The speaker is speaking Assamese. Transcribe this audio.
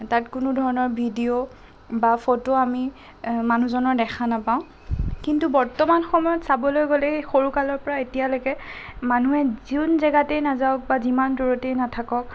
তাত কোনো ধৰণৰ ভিডিঅ' বা ফটো আমি মানুহজনৰ দেখা নাপাওঁ কিন্তু বৰ্তমান সময়ত চাবলৈ গ'লে সৰুকালৰ পৰা এতিয়ালৈকে মানুহে যোন জেগাতেই নাযাওক বা যিমান দূৰতেই নাথাকক